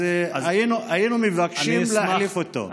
היינו מבקשים להחליף אותו.